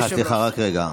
סליחה, רק רגע.